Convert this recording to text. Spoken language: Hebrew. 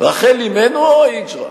רחל אמנו או ה"היג'רה"?